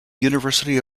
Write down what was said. university